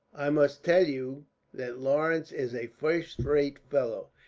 i must tell you that lawrence is a first-rate fellow,